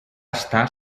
estar